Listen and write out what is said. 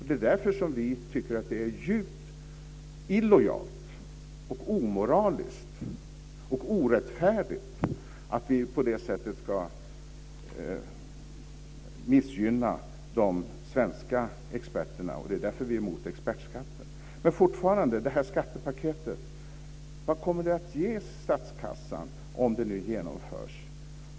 Det är därför vi tycker att det är djupt illojalt, omoraliskt och orättfärdigt att vi ska missgynna de svenska experterna på det här sättet. Det är därför vi är emot expertskatten. Jag fortsätter med det här skattepaketet. Vad kommer det att ge statskassan om det nu genomförs?